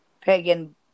pagan